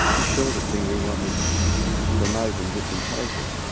this sort of thing we want to promote in different places.